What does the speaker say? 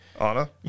Anna